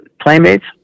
playmates